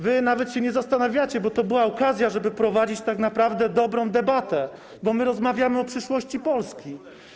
Wy nawet się nie zastanawiacie, bo to była okazja, żeby prowadzić dobrą debatę, bo my rozmawiamy o przyszłości Polski.